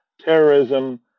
Terrorism